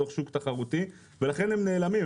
בתוך שוק תחרותי ולכן הם נעלמים.